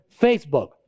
Facebook